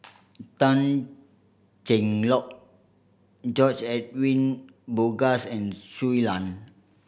Tan Cheng Lock George Edwin Bogaars and Shui Lan